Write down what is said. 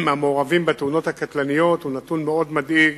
מהמעורבים בתאונות הקטלניות, הוא נתון מאוד מדאיג.